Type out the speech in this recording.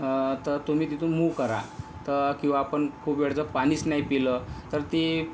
हा तर तुम्ही तिथून मूव्ह करा तर किंवा आपण खूप वेळ जर पाणीच नाही पिलं तर ती